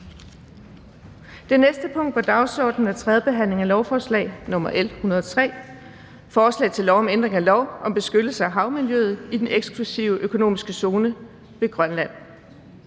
optrykt efter 2. behandling). 3) 3. behandling af lovforslag nr. L 103: Forslag til lov om ændring af lov om beskyttelse af havmiljøet i den eksklusive økonomiske zone ved Grønland.